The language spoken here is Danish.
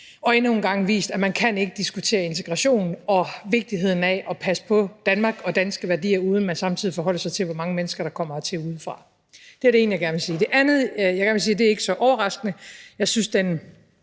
og endnu en gang vist, at man ikke kan diskutere integration og vigtigheden af at passe på Danmark og danske værdier, uden at man samtidig forholder sig til, hvor mange mennesker der kommer hertil udefra. Det er det ene, jeg gerne vil sige. Det andet, jeg gerne vil sige, er ikke så overraskende. Jeg synes, at